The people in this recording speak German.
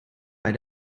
bei